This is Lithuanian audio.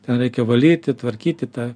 ten reikia valyti tvarkyti tą